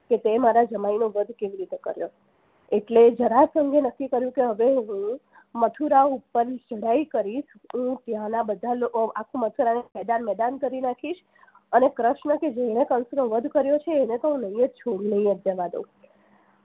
કે તે મારા જમાઈનો વધ કેવી રીતે કર્યો એટલે જરાસંઘ એ નક્કી કર્યું કે હવે હું મથુરા ઉપર ચડાઈ કરીશ હું ત્યાંનાં બધા આખું મથુરા ખેદાન મેદાન કરી નાખીશ અને કૃષ્ણ કે જેણે કંસનો વધ કર્યો છે એને તો હું નહીં જ છોડું નહીં જ જવા દઉં